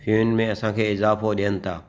फ़ियुनि में असांखे इजाफ़ो ॾियनि था